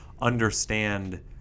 understand